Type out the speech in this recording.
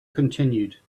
continued